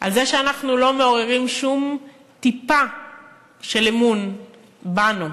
על זה שאנחנו לא מעוררים שום טיפה של אמון בנו.